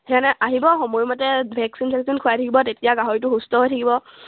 সেইকাৰণে আহিব সময় মতে ভেকচিন চেকচিন খুৱাই থাকিব তেতিয়া গাহৰিটো সুস্থ হৈ থাকিব